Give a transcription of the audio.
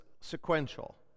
sequential